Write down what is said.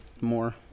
more